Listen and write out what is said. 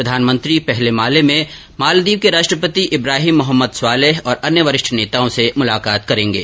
प्रधानमंत्री पहले माले में मालदीव के राष्ट्रपति इब्राहिम मोहम्मद स्वालेह और अन्य वरिष्ठ नेताओं से मुलाकात करेंगे